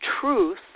truth